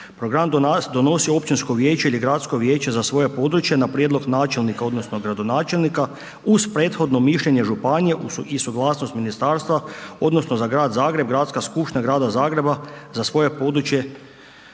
Program donosi općinsko vijeće ili gradsko vijeće za svoje područje na prijedlog načelnika odnosno gradonačelnika uz prethodno mišljenje i suglasnost ministarstva odnosno za grad Zagreb Gradska skupština grada Zagreb za svoje područje